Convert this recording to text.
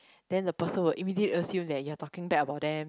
then the person will immediately assume that your talking bad about them